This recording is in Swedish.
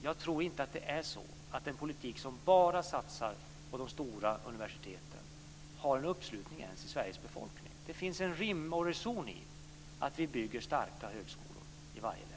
Jag tror inte att det är så att en politik som bara satsar på de stora universiteten har en uppslutning i Sveriges befolkning. Det finns rim och reson i att vi bygger starka högskolor i varje län.